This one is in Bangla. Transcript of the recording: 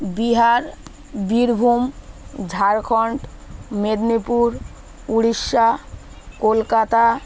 বিহার বীরভূম ঝাড়খন্ড মেদিনীপুর উড়িষ্যা কলকাতা